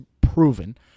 proven